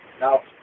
Now